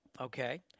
Okay